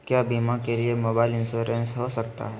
क्या बीमा के लिए मोबाइल इंश्योरेंस हो सकता है?